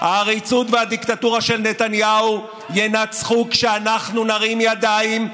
העריצות והדיקטטורה של נתניהו ינצחו כשאנחנו נרים ידיים,